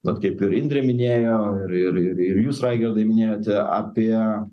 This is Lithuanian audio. vat kaip ir indrė minėjo ir ir ir jūs raigardai minėjote apie